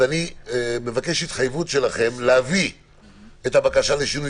אני מבקש התחייבות שלכם להביא את הבקשה לשינוי,